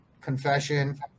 confession